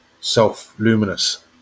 self-luminous